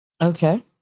Okay